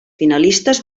finalistes